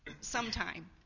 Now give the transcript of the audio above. sometime